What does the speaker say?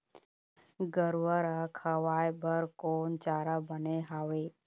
गरवा रा खवाए बर कोन चारा बने हावे?